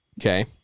Okay